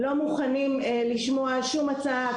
לא מוכנים לשמוע שום הצעה,